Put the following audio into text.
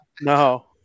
No